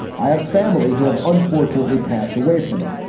i have family who have unfortunately passed away from it.